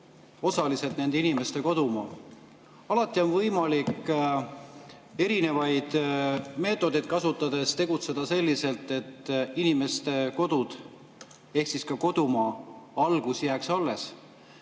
osaliselt nende inimeste kodumaa. Alati on võimalik erinevaid meetodeid kasutades tegutseda selliselt, et inimeste kodud ehk siis ka kodumaa algus jääks alles.